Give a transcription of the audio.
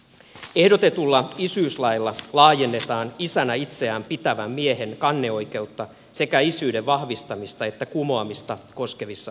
ehdotetulla isyyslailla laajennetaan isänä itseään pitävän miehen kanneoikeutta sekä isyyden vahvistamista että kumoamista koskevissa asioissa